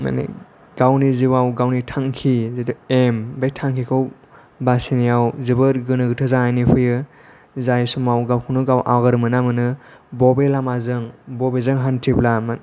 माने गावनि जिउआव गावनि थांखि जितु एम बे थांखिखौ बासिनायाव जोबोर गोनो गोथो जानानै फैयो जाय समाव गावखौनो गाव आगोर मोना मोनो बबे लामाजों बबेजों हान्थिब्ला